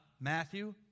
Matthew